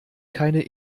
keine